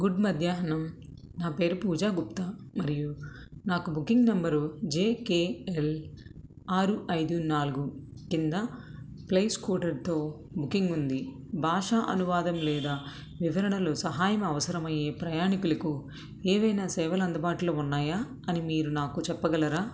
good మధ్యాహ్నం నా పేరు పూజా గుప్తా మరియు నాకు booking number J K L ఆరు ఐదు నాలుగు కింద ఫ్లై స్కూటర్తో బుకింగ్ ఉంది భాషా అనువాదం లేదా వివరణలో సహాయం అవసరమయ్యే ప్రయాణికిలుకు ఏవైనా సేవలు అందుబాటులో ఉన్నాయా అని మీరు నాకు చెప్పగలరా